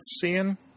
seeing